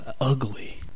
ugly